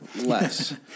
less